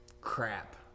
crap